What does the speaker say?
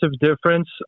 difference